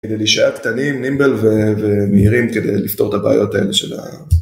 כדי להישאר קטנים nimble ומהירים כדי לפתור את הבעיות האלה של ה...